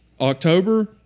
October